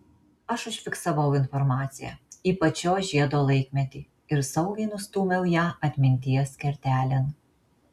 aš užfiksavau informaciją ypač šio žiedo laikmetį ir saugiai nustūmiau ją atminties kertelėn